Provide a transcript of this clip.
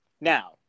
Now